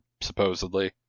supposedly